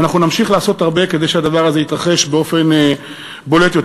ואנחנו נמשיך לעשות הרבה כדי שהדבר הזה יתרחש באופן בולט יותר.